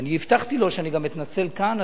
ואני הבטחתי לו שאני אתנצל גם כאן.